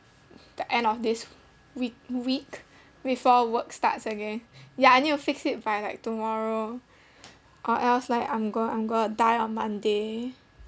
the end of this week week before work starts again ya I need to fix it by like tomorrow or else like I'm go~ I'm going to die on monday